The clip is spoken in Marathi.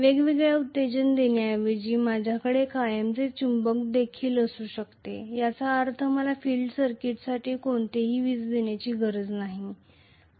वेगळे एक्साइटेशन देण्याऐवजी माझ्याकडे कायमचे चुंबक देखील असू शकते याचा अर्थ मला फील्ड सर्किटसाठी कोणतीही वीज देण्याची गरज नाही